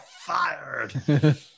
fired